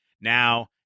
Now